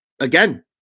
again